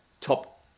top